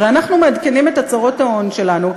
הרי אנחנו מעדכנים את הצהרות ההון שלנו,